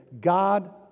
God